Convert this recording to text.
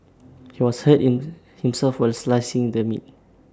he was hurt in himself while slicing the meat